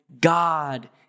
God